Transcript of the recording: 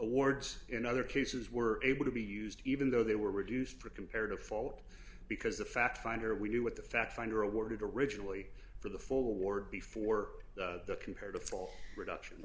wards in other cases were able to be used even though they were reduced to comparative fault because the fact finder we do with the fact finder awarded originally for the full award before the compared to fall reduction